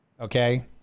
okay